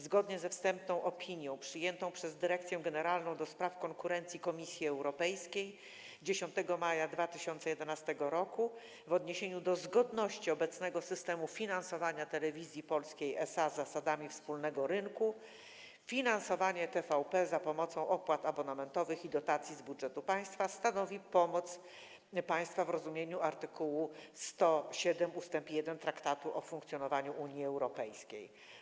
Zgodnie ze wstępną opinią przyjętą przez Dyrekcję Generalną ds. Konkurencji Komisji Europejskiej 10 maja 2011 r. w odniesieniu do zgodności obecnego systemu finansowania Telewizji Polskiej SA z zasadami wspólnego rynku, finansowanie TVP za pomocą opłat abonamentowych i dotacji z budżetu państwa stanowi pomoc państwa w rozumieniu art. 107 ust. 1 Traktatu o funkcjonowaniu Unii Europejskiej.